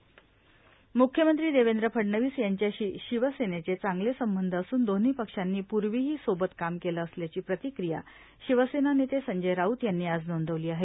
ग्रुख्यमंत्री देवेंद्र फडणवीस यांच्याशी शिवसेवेचे चांगले संबंध असून दोव्ही पक्षांवी प्रर्वीही सोबत काम केलं असल्याची प्रतिक्रिया शिवसेना नेते संजय राऊत यांनी आज नोंदवली आहे